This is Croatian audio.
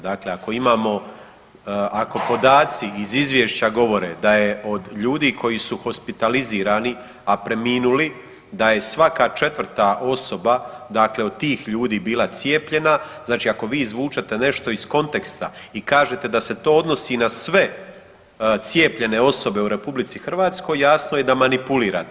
Dakle, ako imamo, ako podaci iz izvješća govore da je od ljudi koji su hospitalizirani, a preminuli, da je svaka četvrta osoba, dakle od tih ljudi bila cijepljena, dakle ako vi izvučete nešto iz konteksta i kažete da se to odnosi na sve cijepljene osobe u RH jasno je da manipulirate.